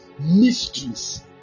Mysteries